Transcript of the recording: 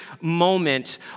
moment